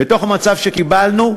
בתוך המצב שקיבלנו,